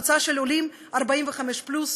קבוצה של עולים בני 45 פלוס,